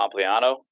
Pompliano